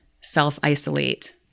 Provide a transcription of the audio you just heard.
self-isolate